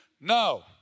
No